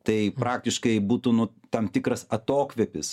tai praktiškai būtų nu tam tikras atokvėpis